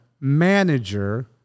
manager